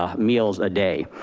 um meals a day.